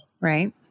Right